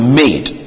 made